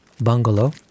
bungalow